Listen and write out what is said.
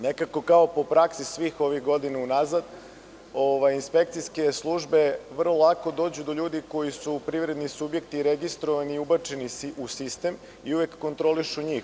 Nekako kao po praksi svih ovih godina unazad, inspekcijske službe vrlo lako dođu do ljudi koji su privredni subjekti registrovani i ubačeni u sistem i uvek kontrolišu njih.